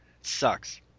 sucks